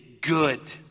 good